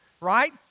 right